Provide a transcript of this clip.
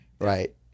right